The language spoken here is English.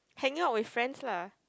hanging out with friends lah